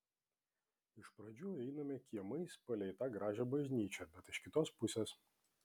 iš pradžių einame kiemais palei tą gražią bažnyčią bet iš kitos pusės